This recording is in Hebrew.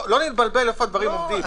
לא נתבלבל איפה הדברים עומדים.